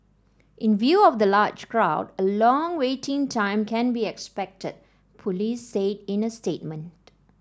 in view of the large crowd a long waiting time can be expected Police said in a statement